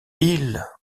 île